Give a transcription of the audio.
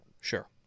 Sure